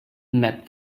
met